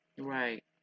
Right